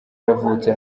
yavutse